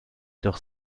doch